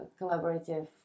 collaborative